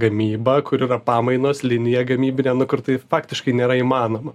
gamyba kur yra pamainos linija gamybinė nu kur tai faktiškai nėra įmanoma